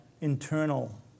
internal